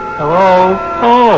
Hello